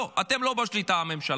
לא, אתם לא בשליטה, הממשלה.